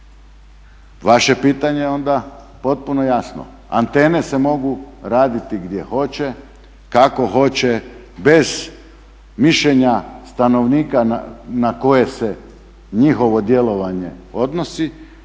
Vaše je pitanje onda potpuno jasno. Antene se mogu raditi gdje hoće, kako hoće bez mišljenja stanovnika na koje se njihovo djelovanje odnosi